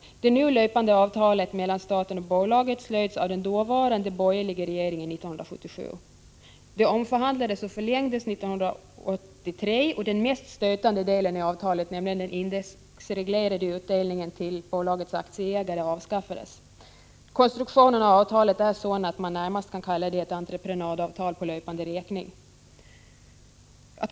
Det nu löpande avtalet mellan staten och bolaget slöts av den dåvarande borgerliga regeringen 1977. Det omförhandlades och förlängdes 1983, och den mest stötande delen i avtalet, nämligen den indexreglerade utdelningen till bolagets aktieägare, avskaffades. Konstruktionen av avtalet är sådan att man närmast kan kalla det ett entreprenadavtal på löpande räkning.